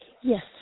Yes